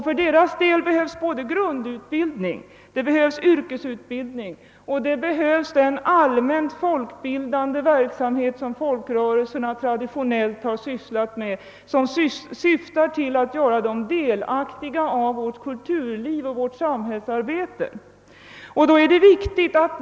För deras del behövs både grundutbildning, yrkesutbildning och den allmänt folkbildande verksamhet, som folkrörelserna traditionellt har sysslat med och som syftar till att göra dem delaktiga av vårt kulturliv och vårt samhällsarbete.